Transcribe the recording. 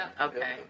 Okay